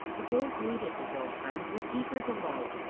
the boy greeted his old friends with eager delight,